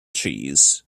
cheese